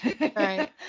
Right